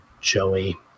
Joey